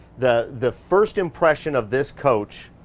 the the first impression of this coach,